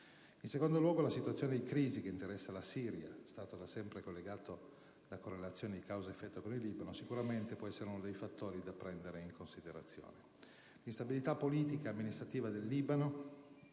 In secondo luogo, la situazione di crisi che interessa la Siria, Stato da sempre collegato da correlazioni di causa ed effetto con il Libano, sicuramente può essere uno dei fattori da prendere in considerazione. L'instabilità politica ed amministrativa del Libano,